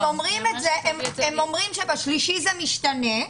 הם אומרים שב-3 זה משתנה,